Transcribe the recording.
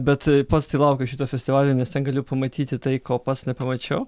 bet pats tai laukiu šito festivalio nes ten galiu pamatyti tai ko pats nepamačiau